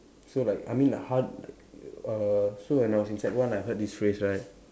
so like I mean the hard err so when I was in sec one I heard this phrase right